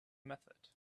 method